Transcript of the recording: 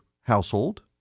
household